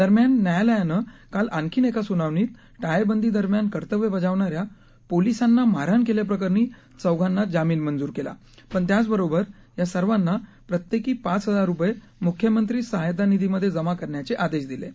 दरम्यान न्यायालयानं काल आणखी एका सूनावणीत टाळेबंदीदरम्यान कर्तव्य बजावणा या पोलिसांना मारहाण केल्याप्रकरणी चौघांना जामीन मंजूर केला पण त्याचबरोबर या सर्वांना प्रत्येकी पाच हजार रुपये मुख्यमंत्री सहायता निधीमधे जमा करण्याचे आदेश दिले आहेत